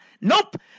Nope